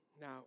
Now